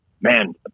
man